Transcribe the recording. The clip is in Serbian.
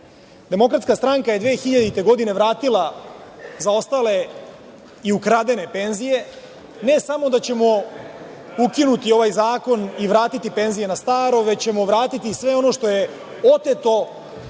Demokratska stranka je 2000. godine vratila zaostale i ukradene penzije. Ne samo da ćemo ukinuti ovaj zakon i vratiti penzije na staro, već ćemo vratiti sve ono što je oteto,